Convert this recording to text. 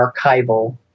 archival